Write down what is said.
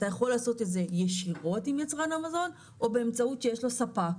אתה יכול לעשות את זה ישירות עם יצרן המזון או באמצעות שיש לו ספק.